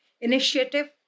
initiative